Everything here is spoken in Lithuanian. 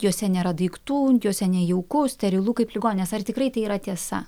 juose nėra daiktų juose nejauku sterilu kaip ligoninės ar tikrai tai yra tiesa